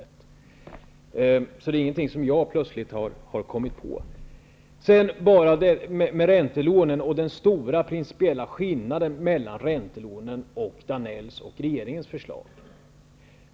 Det är alltså inte något som jag plötsligt har kommit på. Sedan till frågan om räntelånen och den stora principiella skillnaden mellan räntelånen och Danells och regeringens förslag.